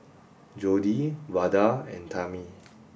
Jodie Vada and Tammi